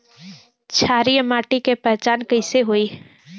क्षारीय माटी के पहचान कैसे होई?